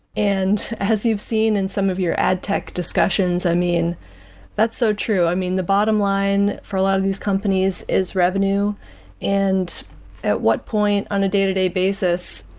and as you've seen in some of your add tech discussions, i mean that's so true. i mean the bottom line for a lot of these companies is revenue and at what point on a day-to-day basis.